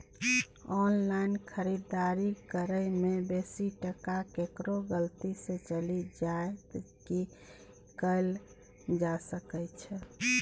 Online खरीददारी करै में बेसी टका केकरो गलती से चलि जा त की कैल जा सकै छै?